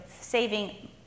saving